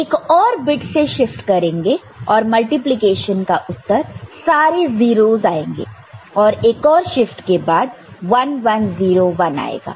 एक और बिट से शिफ्ट करेंगे और मल्टीप्लिकेशन का उत्तर सारे 0's आएंगे और एक शिफ्ट के बाद 1 1 0 1 आएगा